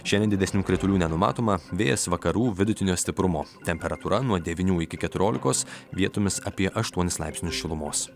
šiandien didesnių kritulių nenumatoma vėjas vakarų vidutinio stiprumo temperatūra nuo devynių iki keturiolikos vietomis apie aštuonis laipsnius šilumos